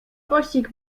pościg